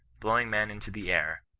blow ing men into the air,